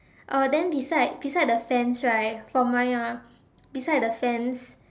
uh then beside beside the fence right for mine ah beside the fence